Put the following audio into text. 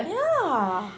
yeah